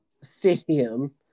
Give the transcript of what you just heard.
stadium